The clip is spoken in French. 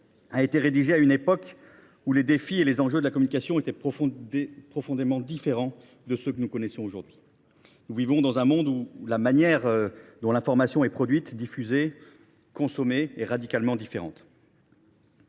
a été élaborée à une époque où les défis et les enjeux dans ce secteur étaient profondément différents de ceux que nous connaissons aujourd’hui. Nous vivons dans un monde où la manière dont l’information est produite, diffusée et consommée est radicalement différente.